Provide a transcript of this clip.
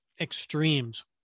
extremes